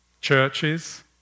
churches